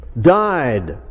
died